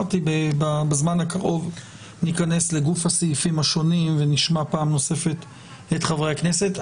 בזמן הקרוב ניכנס לגוף הסעיפים השונים ונשמע פעם נוספת את חברי הכנסת.